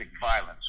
violence